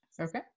Okay